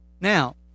now